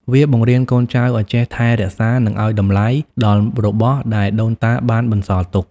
វាបង្រៀនកូនចៅឱ្យចេះថែរក្សា និងឱ្យតម្លៃដល់របស់ដែលដូនតាបានបន្សល់ទុក។